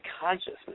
consciousness